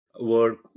work